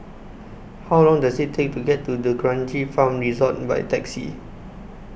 How Long Does IT Take to get to D'Kranji Farm Resort By Taxi